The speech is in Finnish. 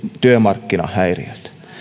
työmarkkinahäiriöt